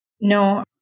No